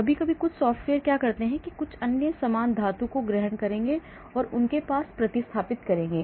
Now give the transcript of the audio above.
कभी कभी कुछ सॉफ्टवेयर कुछ अन्य समान समूह धातु को ग्रहण करेंगे और इसे उनके पास प्रतिस्थापित करेंगे